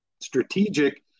strategic